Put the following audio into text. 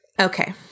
Okay